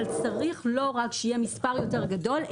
אבל צריך לא רק שיהיה מספר יותר גדול,